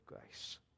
grace